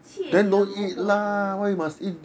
切你的萝卜头